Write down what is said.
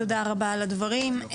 תודה רבה על הדברים,